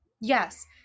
Yes